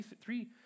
Three